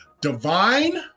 divine